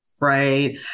Right